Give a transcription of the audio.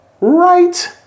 right